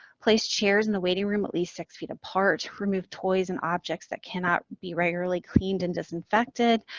place chairs in the waiting room at least six feet apart, remove toys and objects that cannot be regularly cleaned and disinfected,